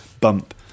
bump